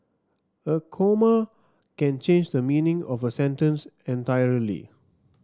a comma can change the meaning of a sentence entirely